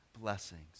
blessings